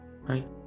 right